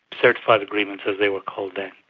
certified agreements as they were called then.